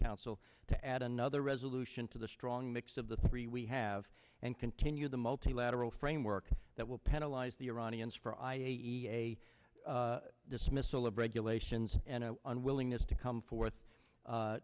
council to add another resolution to the strong mix of the three we have and continue the multilateral framework that will penalize the iranians for i e e e a dismissal of regulations and unwillingness to come forth